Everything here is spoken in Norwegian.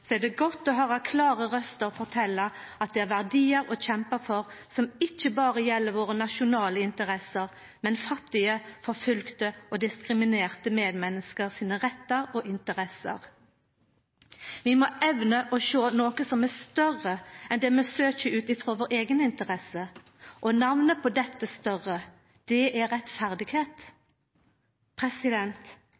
er det godt å høyra klare røyster fortelja at det er verdiar å kjempa for som ikkje berre gjeld våre nasjonale interesser, men fattige, forfølgde og diskriminerte medmenneske sine rettar og interesser. Vi må evna å sjå noko som er større enn det vi søkjer ut frå vår eigeninteresse, og namnet på dette «større» er